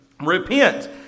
repent